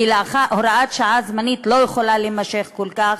כי הוראת שעה זמנית לא יכולה להימשך כל כך,